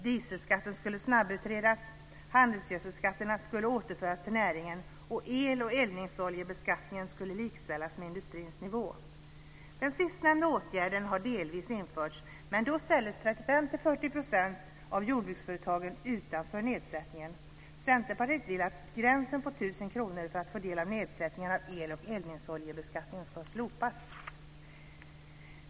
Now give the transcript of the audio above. Dieselskatten skulle snabbutredas, handelsgödselskatterna skulle återföras till näringen och el och eldningsoljebeskattningen skulle likställas med industrins skattenivå. Den sistnämnda åtgärden har delvis införts, men då ställdes 35-40 % av jordbruksföretagen utanför nedsättningen. Centerpartiet vill att gränsen vid 1 000 kr för att få del av nedsättningen av el och eldningsoljebeskattningen ska slopas.